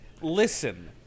listen